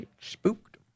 spooked